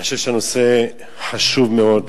תודה לך, אני חושב שהנושא חשוב מאוד.